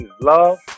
love